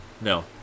No